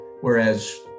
Whereas